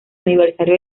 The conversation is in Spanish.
aniversario